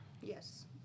Yes